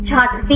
छात्र 3